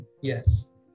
Yes